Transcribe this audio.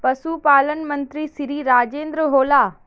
पशुपालन मंत्री श्री राजेन्द्र होला?